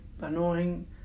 annoying